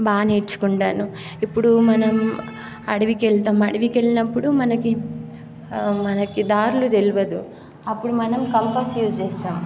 బాగా నేర్చుకుంటాను ఇప్పుడు మనం అడవికి వెళతాము అడవికి వెళ్ళినపుడు మనకి మనకి దారులు తెలియదు అప్పుడు మనం కంపాస్ యూజ్ చేస్తాము